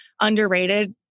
underrated